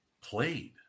played